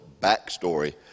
backstory